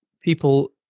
people